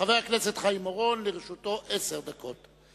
חבר הכנסת חיים אורון, לרשותו עשר דקות.